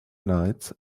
lights